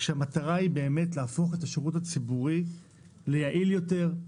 המטרה היא להפוך את השירות הציבורי ליעיל יותר,